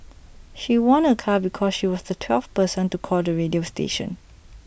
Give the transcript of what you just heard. she won A car because she was the twelfth person to call the radio station